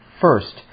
first